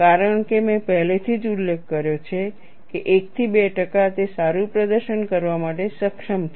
કારણ કે મેં પહેલેથી જ ઉલ્લેખ કર્યો છે કે 1 થી 2 ટકા તે સારું પ્રદર્શન કરવા માટે સક્ષમ છે